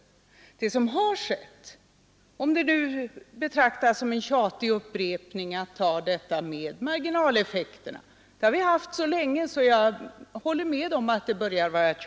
Vad som skett är ju att vi har haft dessa marginaleffekter, som det väl nu betraktas som en tjatig uppräkning att tala om. Vi har haft de problemen så länge att jag håller med om att det börjar bli tjatigt.